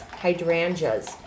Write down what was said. hydrangeas